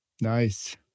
Nice